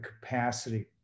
capacity